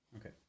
Okay